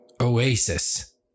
Oasis